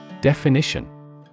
Definition